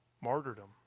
martyrdom